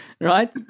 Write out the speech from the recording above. right